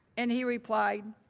and he replied